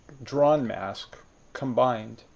drawn mask combined,